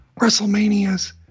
WrestleManias